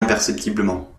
imperceptiblement